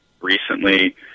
recently